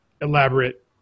elaborate